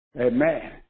Amen